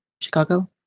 Chicago